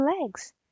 legs